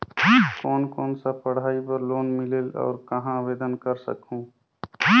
कोन कोन सा पढ़ाई बर लोन मिलेल और कहाँ आवेदन कर सकहुं?